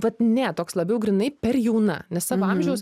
vat ne toks labiau grynai per jauna ne savo amžiaus